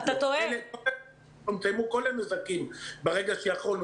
--- כל הנזקים ברגע שיכולנו.